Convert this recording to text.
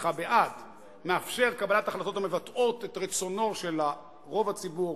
את רצונו של רוב הציבור